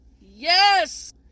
Yes